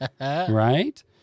right